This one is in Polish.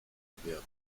opowiadał